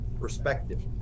perspective